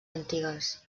antigues